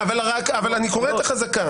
אני קורא את החזקה